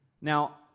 Now